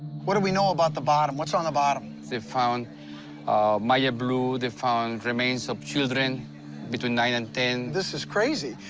what do we know about the bottom? what's on the bottom? they found maya blue. they found remains of children between nine and ten. this is crazy.